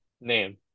name